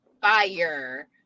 fire